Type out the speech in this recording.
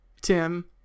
Tim